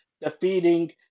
defeating